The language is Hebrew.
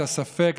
את הספק,